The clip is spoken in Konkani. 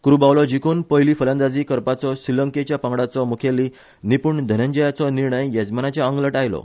कुरुबावलो जिकुन पयली फलंदाजी करपाचो श्रीलंकेच्या पंगडाचो मुखेली निप्रण धनंनजयाचो निर्णय येजमानाच्या आंगलट आयलो